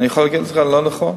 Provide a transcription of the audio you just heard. אני יכול להגיד לך: לא נכון,